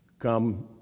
come